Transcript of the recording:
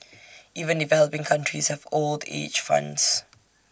even developing countries have old age funds